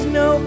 no